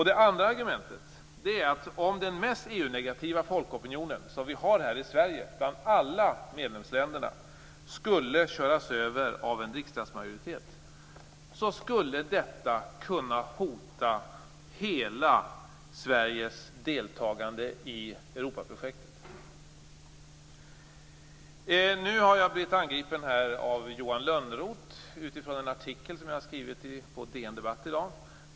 Det andra argumentet är att om den mest negativa folkopinionen bland alla medlemsländerna, som finns här i Sverige, skulle köras över av en riksdagsmajoritet skulle detta kunna hota hela Sveriges deltagande i Europaprojektet. Jag har blivit angripen av Johan Lönnroth utifrån en artikel som jag har skrivit på DN Debatt i dag.